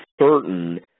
certain